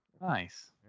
Nice